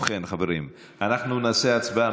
ובכן, חברים, אנחנו נעשה הצבעה.